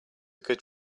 good